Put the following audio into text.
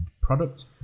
product